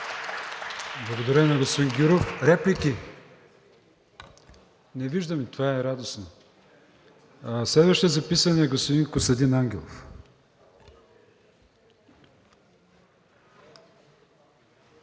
Благодаря на господин Гюров. Реплики? Не виждам и това е радостно. Следващият записан е господин Костадин Ангелов.